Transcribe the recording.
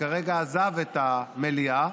שכרגע עזב את המליאה,